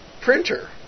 printer